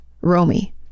Romy